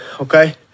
okay